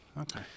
Okay